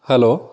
hello